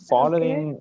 Following